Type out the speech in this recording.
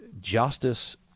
justice